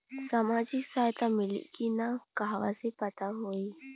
सामाजिक सहायता मिली कि ना कहवा से पता होयी?